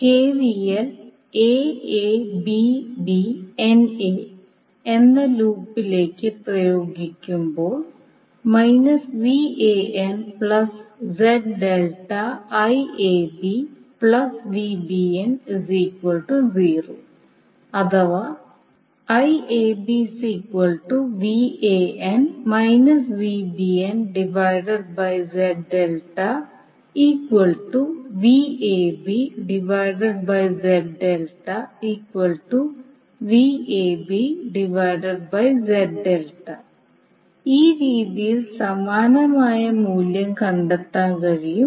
KVL എന്ന ലൂപ്പിലേക്ക് പ്രയോഗിക്കുമ്പോൾ അഥവാ ഈ രീതിയിൽ സമാനമായ മൂല്യം കണ്ടെത്താൻ കഴിയും